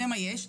זה מה יש,